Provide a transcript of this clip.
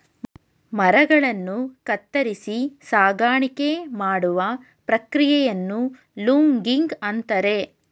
ಮರಗಳನ್ನು ಕತ್ತರಿಸಿ ಸಾಗಾಣಿಕೆ ಮಾಡುವ ಪ್ರಕ್ರಿಯೆಯನ್ನು ಲೂಗಿಂಗ್ ಅಂತರೆ